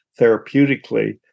therapeutically